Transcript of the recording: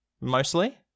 Mostly